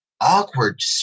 awkward